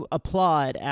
applaud